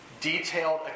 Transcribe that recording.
detailed